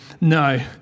No